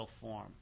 form